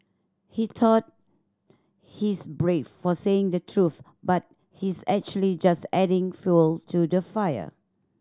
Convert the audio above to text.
he thought he's brave for saying the truth but he's actually just adding fuel to the fire